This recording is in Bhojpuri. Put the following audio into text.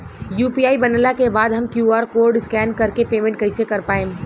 यू.पी.आई बनला के बाद हम क्यू.आर कोड स्कैन कर के पेमेंट कइसे कर पाएम?